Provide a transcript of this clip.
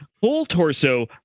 full-torso